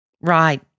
right